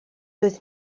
doedd